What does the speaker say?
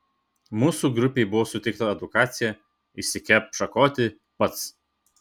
mūsų grupei buvo suteikta edukacija išsikepk šakotį pats